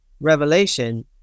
revelation